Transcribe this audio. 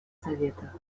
совета